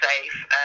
safe